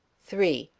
three.